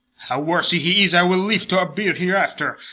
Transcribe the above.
how worthy he is i will leave to appear hereafter,